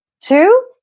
Two